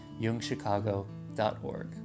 youngchicago.org